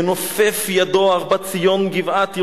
ינופף ידו הר בת ציון גבעת ירושלים.